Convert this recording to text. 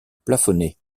plafonnées